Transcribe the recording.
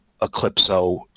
Eclipso